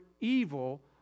evil